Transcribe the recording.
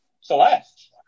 Celeste